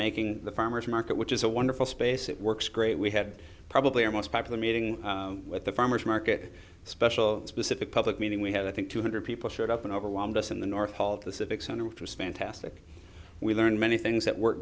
making the farmers market which is a wonderful space it works great we had probably our most popular meeting with the farmer's market special specific public meeting we had i think two hundred people showed up and overwhelmed us in the north hall of the civic center which was fantastic we learned many things that were